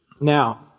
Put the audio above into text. Now